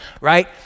Right